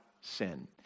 sin